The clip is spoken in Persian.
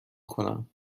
کنم